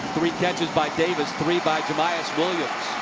three catches by davis. three by by williams.